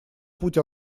путь